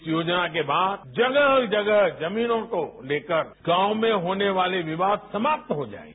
इस योजना के बाद जगह जगह जमीनों को लेकर गांव में होने वाले विवाद समाप्त हो जायेंगे